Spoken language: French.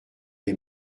est